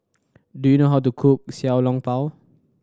do you know how to cook Xiao Long Bao